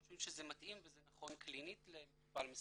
חושבים שזה מתאים וזה נכון קלינית למטופל מסוים.